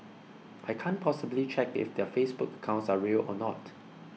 I can't possibly check if their Facebook accounts are real or not